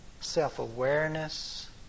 self-awareness